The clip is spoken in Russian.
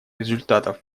результатов